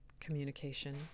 communication